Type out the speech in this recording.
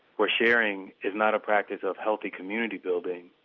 where sharing is not a practice of healthy community-building,